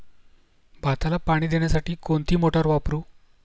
भाताला पाणी देण्यासाठी कोणती मोटार वापरू?